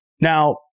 Now